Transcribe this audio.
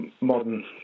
modern